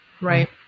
Right